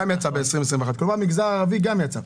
גם יצא ב-2021, כלומר המגזר הערבי גם יצא.